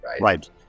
Right